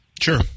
Sure